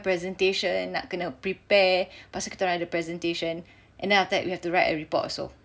presentation nak kena prepare pasal kita orang ada presentation and then after that we have to write a report also